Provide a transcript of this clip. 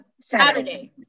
Saturday